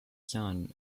sun